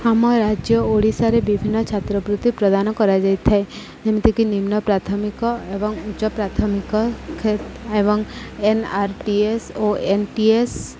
ଆମ ରାଜ୍ୟ ଓଡ଼ିଶାରେ ବିଭିନ୍ନ ଛାତ୍ରବୃତି ପ୍ରଦାନ କରାଯାଇଥାଏ ଯେମିତିକି ନିମ୍ନ ପ୍ରାଥମିକ ଏବଂ ଉଚ୍ଚ ପ୍ରାଥମିକ କ୍ଷ ଏବଂ ଏନ୍ ଆର୍ ଟି ଏସ୍ ଓ ଏନ୍ ଟି ଏସ୍